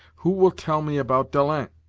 who will tell me about dalens?